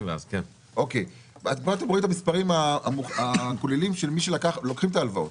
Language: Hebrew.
פה אתם רואים את המספרים הכוללים של מי שלוקחים את ההלוואות.